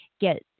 Get